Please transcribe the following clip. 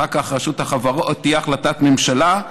אחר כך תהיה החלטת ממשלה,